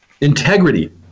Integrity